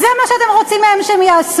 זה מה שאתם רוצים שהם יעשו.